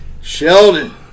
Sheldon